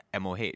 MOH